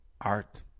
art